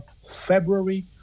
February